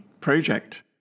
project